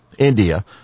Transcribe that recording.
India